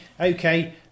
okay